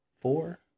four